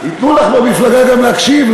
ייתנו לך במפלגה גם להקשיב,